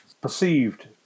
perceived